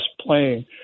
playing